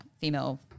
female